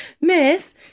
Miss